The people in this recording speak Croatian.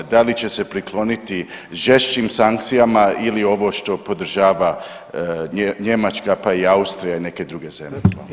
Da li ćete prikloniti žešćim sankcijama ili ovo što podržava Njemačka, pa i Austrija i neke druge zemlje?